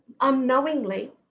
unknowingly